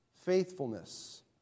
Faithfulness